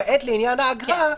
למעט לעניין האגרה,